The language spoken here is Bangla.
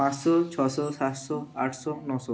পাঁচশো ছশো সাতশো আটশো নশো